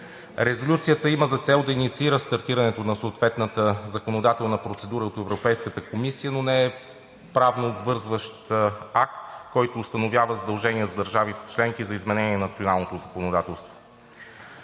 Резолюцията има за цел да инициира стартирането на съответната законодателна процедура от Европейската комисия, но не е правнообвързващ акт, който установява задължения от държавите членки за изменение на националното законодателство.